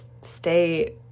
stay